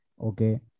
Okay